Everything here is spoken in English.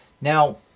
Now